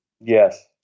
Yes